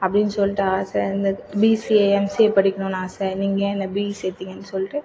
அப்படினு சொல்லிட்டு ஆசை இருந்தது பிசிஏ எம்சிஏ படிக்கணும்னு ஆசை நீங்கள் ஏன் என்னை பிஇ சேர்த்திங்கனு சொல்லிட்டு